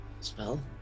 spell